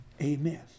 Amen